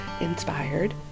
inspired